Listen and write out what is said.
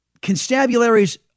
constabularies